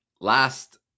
last